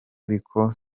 ariko